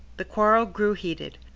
the quarrel grew heated.